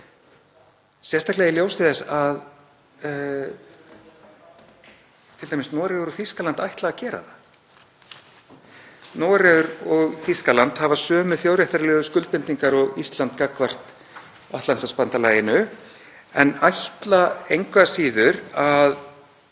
sérstaklega í ljósi þess að t.d. Noregur og Þýskaland ætla að gera það. Noregur og Þýskaland hafa sömu þjóðréttarlegu skuldbindingar og Ísland gagnvart Atlantshafsbandalaginu en ætla engu að síður að